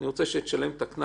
והוא ידרוש ממנו לשלם את הקנס,